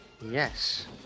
Yes